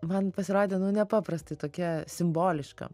man pasirodė nu nepaprastai tokia simboliška